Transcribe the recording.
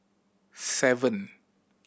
seven